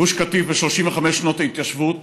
גוש קטיף ו-35 שנות ההתיישבות,